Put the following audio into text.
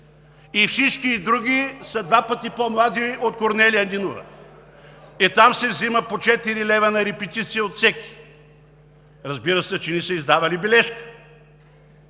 Всички други са два пъти по-млади от Корнелия Нинова. (Оживление.) Е, там се взема по четири лева на репетиция от всеки. Разбира се, че не са издавали бележка.